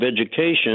education